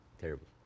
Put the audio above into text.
Terrible